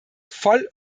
voll